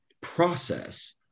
process